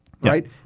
right